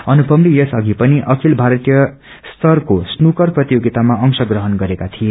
अनुपमले यस अघि पनि अखिल भारतीय स्तरको स्नूकर प्रतियोगिताम अंश प्रहण गरेका थिए